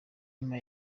nyuma